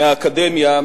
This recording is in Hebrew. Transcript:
מהאקדמיה,